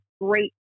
great